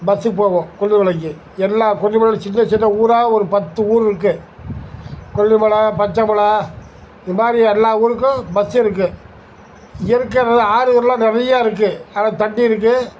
bus போகும் கொல்லிமலைக்கு எல்லா கொல்லிமலையில் சின்னச் சின்ன ஊராக ஒரு பத்து ஊர் இருக்குது கொல்லிமலை பச்சமலை இது மாதிரி எல்லா ஊருக்கும் பஸ்ஸு இருக்குது இருக்கறது ஆறுகள்லாம் நிறையா இருக்குது அதில் தண்ணி இருக்கும்